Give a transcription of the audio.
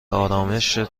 آرامِشت